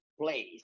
place